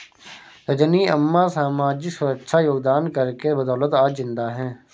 रजनी अम्मा सामाजिक सुरक्षा योगदान कर के बदौलत आज जिंदा है